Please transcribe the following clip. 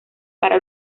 para